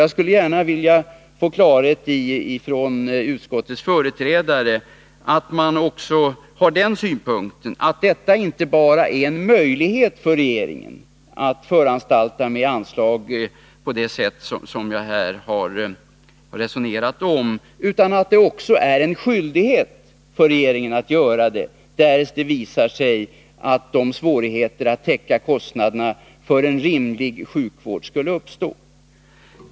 Jag skulle gärna vilja få klarhet från utskottets företrädare i att utskottet också anser att detta uttalande inte bara innebär en möjlighet för regeringen att föranstalta avseende anslag på det sätt som jag här har resonerat om utan att det också medför en skyldighet för regeringen att göra det, därest det visar sig att svårigheterna att täcka kostnaderna för en rimlig sjukvård skulle uppstå.